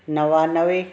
नवानवे